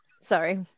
sorry